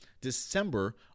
December